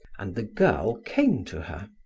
and the girl came to her.